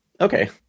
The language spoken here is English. Okay